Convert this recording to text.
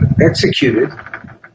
executed